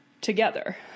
together